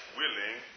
willing